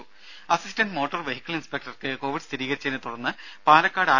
രംഭ assistant motor vehicle ഇൻസ്പെക്ടർക്ക് Covid സ്ഥീരികരിച്ചതിനെ തുടർന്ന് പാലക്കാട് ആർ